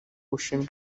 bushinwa